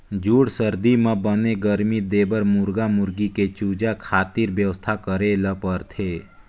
जूड़ सरदी म बने गरमी देबर मुरगा मुरगी के चूजा खातिर बेवस्था करे ल परथे